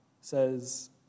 says